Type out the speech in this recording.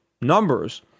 numbers